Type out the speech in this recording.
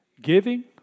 Giving